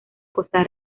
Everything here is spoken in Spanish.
costa